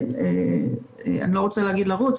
אז זו הצגה,